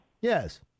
Yes